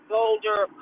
Boulder